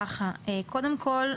קודם כל,